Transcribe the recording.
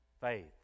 faith